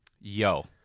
Yo